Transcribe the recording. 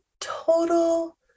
total